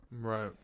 right